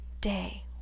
day